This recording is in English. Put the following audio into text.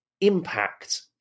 impact